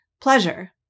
pleasure